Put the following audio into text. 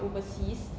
overseas